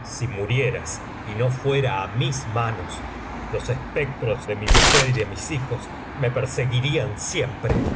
si murieras y no fuera á mis manos los espectros de mi mujer y de mis hijos me persiguirían siempre